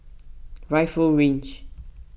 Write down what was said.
Rifle Range